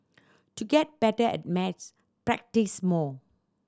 to get better at maths practise more